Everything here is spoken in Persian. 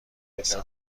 رسم